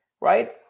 right